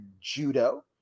judo